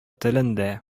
телендә